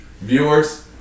viewers